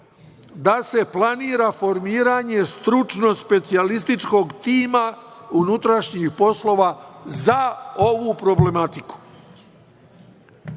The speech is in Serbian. da se planira formiranje stručno specijalističkog tima unutrašnjih poslova za ovu problematiku. Ja